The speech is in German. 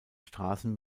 straßen